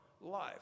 life